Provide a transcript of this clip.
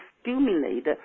stimulate